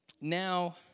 now